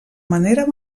manera